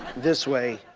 this way.